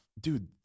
Dude